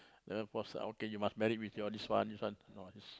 never force her ah okay you must married with your this one this one no I just